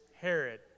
Herod